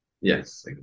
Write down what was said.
Yes